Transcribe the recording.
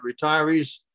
retirees